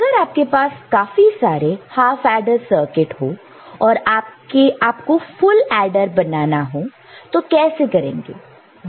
अगर आपके पास काफी सारे हाफ ऐडर सर्किट हो और आपको फुल ऐडर बनाना हो तो कैसे करेंगे